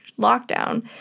lockdown